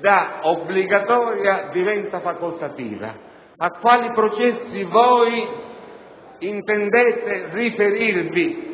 da obbligatoria diventa facoltativa? A quali processi intendete riferirvi?